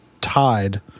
tied –